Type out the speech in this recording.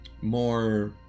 more